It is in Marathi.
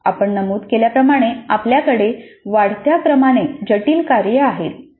आपण नमूद केल्याप्रमाणे आपल्याकडे वाढत्या क्रमाने जटिल कार्ये आहेत